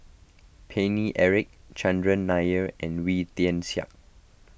Paine Eric Chandran Nair and Wee Tian Siak